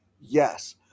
Yes